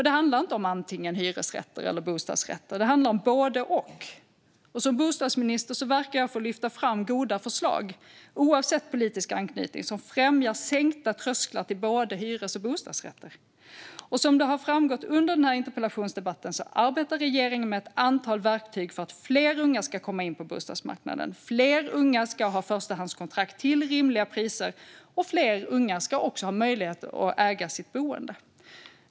Det handlar inte om antingen hyresrätter eller bostadsrätter, utan det handlar om både och. Som bostadsminister verkar jag för att lyfta fram goda förslag, oavsett politisk anknytning, som främjar sänkta trösklar till både hyres och bostadsrätter. Precis som det har framgått under interpellationsdebatten arbetar regeringen med ett antal verktyg för att fler unga ska komma in på bostadsmarknaden, fler unga ska ha förstahandskontrakt till rimliga priser och fler unga ska ha möjlighet att äga sitt boende.